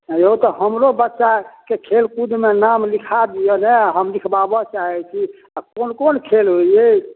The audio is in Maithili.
यौ तऽ हमरो बच्चाके खेलकूदमे नाम लिखा दिअ ने हम लिखबाबऽ चाहैत छी आ कोन कोन खेल होइए